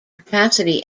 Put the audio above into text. capacity